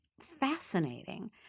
fascinating